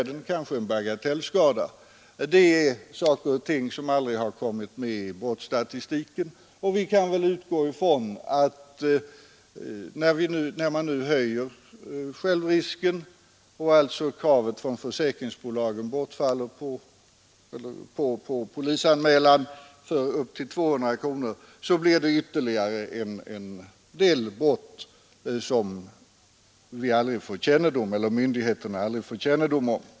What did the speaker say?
Det är brott som aldrig har kommit med i brottsstatistiken, och vi kan väl utgå ifrån att när man nu höjer självrisken och alltså försäkringsbolagens krav på polisanmälan bortfaller för skador upp till 200 kronor blir det ytterligare en del brott som myndigheterna aldrig får kännedom om.